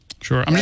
Sure